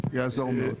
זה יעזור מאוד.